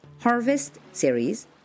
HarvestSeries